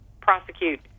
prosecute